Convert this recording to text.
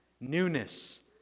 Newness